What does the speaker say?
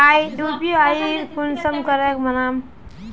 UPI कुंसम करे बनाम?